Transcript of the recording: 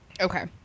Okay